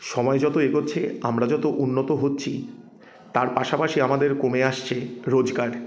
সময় যতো এগোচ্ছে আমরা যতো উন্নত হচ্ছি তার পাশাপাশি আমাদের কমে আসছে রোজগার